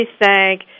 thank